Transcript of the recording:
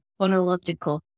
phonological